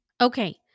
Okay